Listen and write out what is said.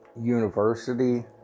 University